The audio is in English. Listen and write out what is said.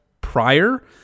prior